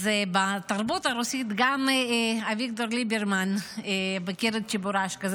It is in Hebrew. וגם אביגדור ליברמן מכיר את צ'יבורשקה.